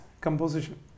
composition